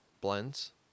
blends